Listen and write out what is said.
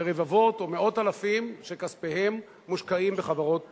ורבבות או מאות אלפים שכספיהם מושקעים בחברות ציבוריות.